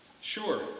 sure